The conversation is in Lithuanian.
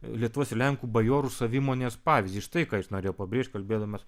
lietuvos ir lenkų bajorų savimonės pavyzdį štai ką jis norėjo pabrėžti kalbėdamas